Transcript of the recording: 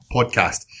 Podcast